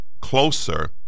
closer